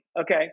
Okay